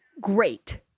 great